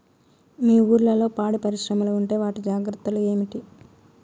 మీ ఊర్లలో పాడి పరిశ్రమలు ఉంటే వాటి జాగ్రత్తలు ఏమిటి